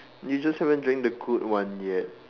you just haven't drank the good one yet